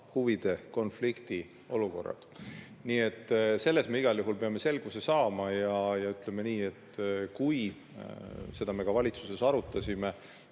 huvide konflikti olukorrad. Nii et selles me igal juhul peame selguse saama. Ütleme nii, et kui – seda me valitsuses arutasime,